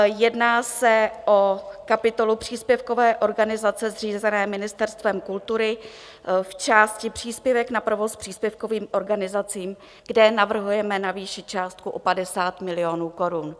Jedná se o kapitolu příspěvkové organizace zřízené Ministerstvem kultury v části Příspěvek na provoz příspěvkovým organizacím, kde navrhujeme navýšit částku o 50 milionů korun.